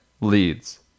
leads